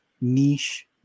niche